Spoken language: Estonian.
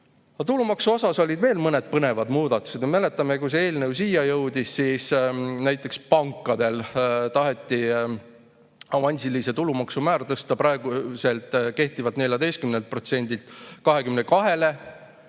Tulumaksu osas olid veel mõned põnevad muudatused. Me mäletame, et kui see eelnõu siia jõudis, siis näiteks pankadel taheti avansilise tulumaksu määra tõsta praegu kehtivalt 14%-lt